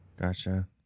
Gotcha